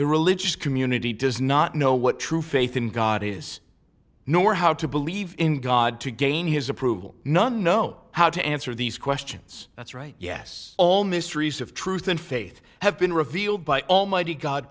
the religious community does not know what true faith in god is nor how to believe in god to gain his approval none know how to answer these questions that's right yes all mysteries of truth and faith have been revealed by almighty god